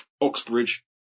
Oxbridge